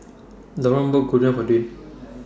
Loran bought Gyudon For Dwayne